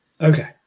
okay